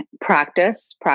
practice